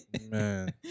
Man